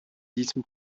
diesem